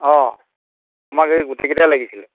অঁ আমাক এই গোটেইকেইটাই লাগিছিলে